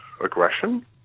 aggression